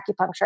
acupuncture